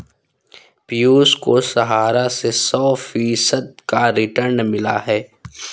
पियूष को सहारा से सौ फीसद का रिटर्न मिला है